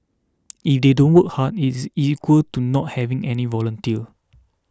if they don't work hard it's equal to not having any volunteer